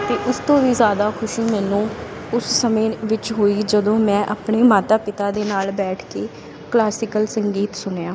ਅਤੇ ਉਸ ਤੋਂ ਵੀ ਜ਼ਿਆਦਾ ਖੁਸ਼ੀ ਮੈਨੂੰ ਉਸ ਸਮੇਂ ਵਿੱਚ ਹੋਈ ਜਦੋਂ ਮੈਂ ਆਪਣੇ ਮਾਤਾ ਪਿਤਾ ਦੇ ਨਾਲ ਬੈਠ ਕੇ ਕਲਾਸਿਕਲ ਸੰਗੀਤ ਸੁਣਿਆ